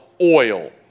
oil